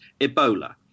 Ebola